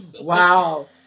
Wow